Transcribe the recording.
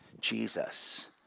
Jesus